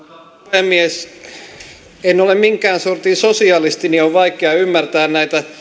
puhemies kun en ole minkään sortin sosialisti niin on vaikea ymmärtää näitä